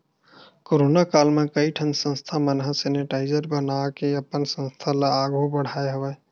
corona काल म कइ ठन संस्था मन ह सेनिटाइजर बना बनाके अपन संस्था ल आघु बड़हाय हवय